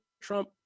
Trump